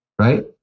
right